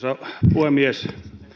puhemies